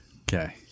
Okay